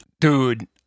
Dude